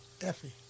Effie